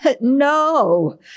No